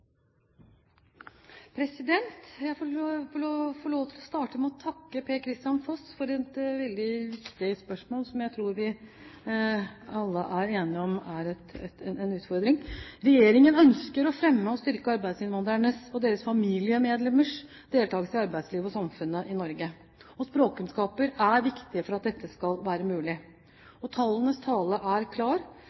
Jeg vil starte med å takke Per-Kristian Foss for et veldig viktig spørsmål, som jeg tror vi alle er enige om er en utfordring. Regjeringen ønsker å fremme og styrke arbeidsinnvandrernes og deres familiemedlemmers deltakelse i arbeidslivet og i samfunnet. Språkkunnskaper er viktig for at dette skal være mulig. Tallenes tale er klar.